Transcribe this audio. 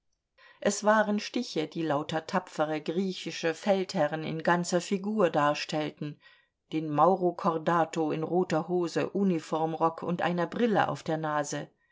es waren stiche die lauter tapfere griechische feldherren in ganzer figur darstellten den maurokordato in roter hose uniformrock und einer brille auf der nase